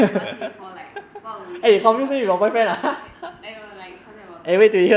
he ask me before what will you name like shit and no like we talking about girlfriend